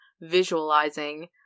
visualizing